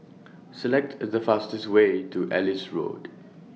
Select A The fastest Way to Ellis Road